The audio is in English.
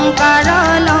da da